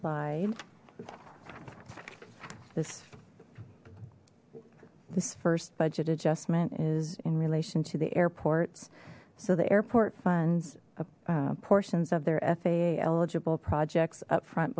slide this this first budget adjustment is in relation to the airports so the airport funds portions of their faa eligible projects up front